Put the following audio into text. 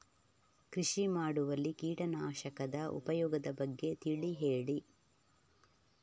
ಕೃಷಿ ಮಾಡುವಲ್ಲಿ ಕೀಟನಾಶಕದ ಉಪಯೋಗದ ಬಗ್ಗೆ ತಿಳಿ ಹೇಳಿ